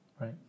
Right